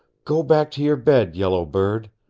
go back to your bed, yellow bird.